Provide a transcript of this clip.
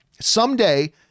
Someday